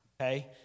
okay